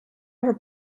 her